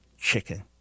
chicken